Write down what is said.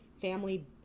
family